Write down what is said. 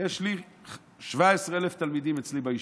יש לי 17,000 תלמידים אצלי ביישוב,